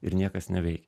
ir niekas neveikia